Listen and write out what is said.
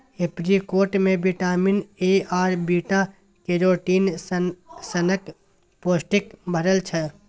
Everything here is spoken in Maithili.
एपरीकोट मे बिटामिन ए आर बीटा कैरोटीन सनक पौष्टिक भरल छै